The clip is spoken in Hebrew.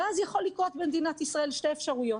ואז יכולות לקרות במדינת ישראל שתי אפשרויות.